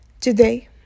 Today